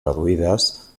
reduïdes